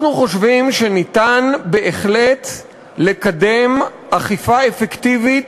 אנחנו חושבים שניתן בהחלט לקדם אכיפה אפקטיבית